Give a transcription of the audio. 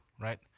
right